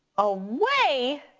away,